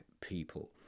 people